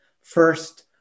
First